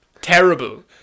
Terrible